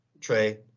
Trey